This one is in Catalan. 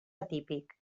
atípic